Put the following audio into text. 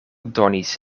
donis